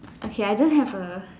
okay I don't have A